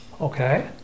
Okay